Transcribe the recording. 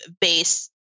base